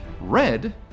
Red